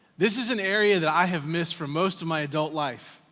this is an area that i have missed for most of my adult life.